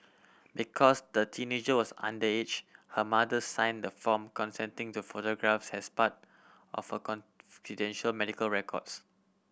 because the teenager was underage her mother sign the form consenting to photographs as part of her confidential medical records